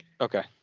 Okay